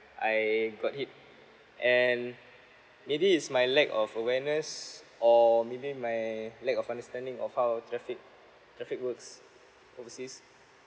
I got hit and maybe it's my lack of awareness or maybe my lack of understanding of how traffic traffic works overseas